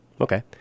Okay